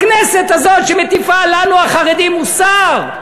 הכנסת הזאת, שמטיפה לנו החרדים מוסר,